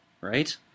right